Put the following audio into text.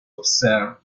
observe